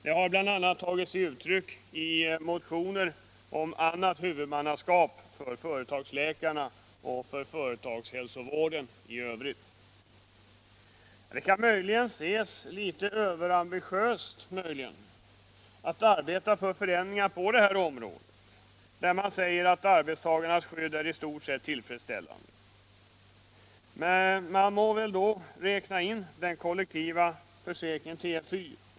Det har bl.a. tagit sig uttryck i motioner om annat huvudmannaskap för företagsläkarna och för företagshälsovården i övrigt. Det kan möjligen anses litet överambitiöst att arbeta för förändringar på det här området, där det sägs att arbetstagarnas skydd är ”i stort sett tillfredsställande”. Man må väl då även räkna in den kollektiva försäkringen TFY.